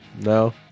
No